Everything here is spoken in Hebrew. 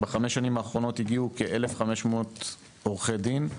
בחמש השנים האחרונות הגיעו לארץ כ-1,500 עורכי דין.